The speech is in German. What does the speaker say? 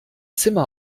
zimmer